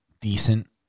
decent